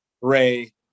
Ray